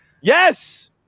Yes